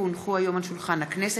כי הונחו היום על שולחן הכנסת,